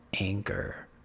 anger